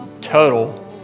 total